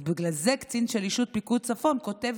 אז בגלל זה קצין שלישות פיקוד צפון כותב